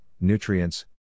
nutrients